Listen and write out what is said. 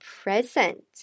present